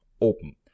open